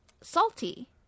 salty